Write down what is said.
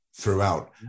throughout